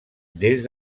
des